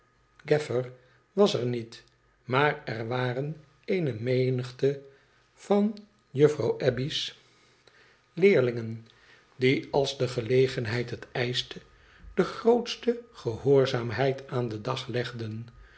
was er niet maar er waren eene menigte van juffrouw abbey's leerlingen die als de gelegenheid het eischte de grootste gehoorzaamheid aan den dag legden